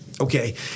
Okay